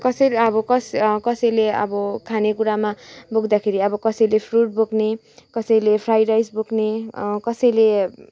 कसैले अब कस कसैले अब खानेकुरामा बोक्दाखेरि अब कसैले फ्रुट बोक्ने कसैले फ्राई राइस बोक्ने कसैले